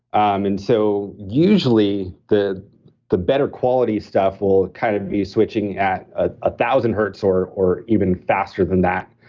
and so, usually, the the better quality stuff will kind of be switching at one ah ah thousand hertz or or even faster than that.